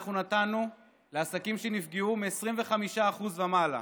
אנחנו נתנו לעסקים שנפגעו מ-25% ומעלה.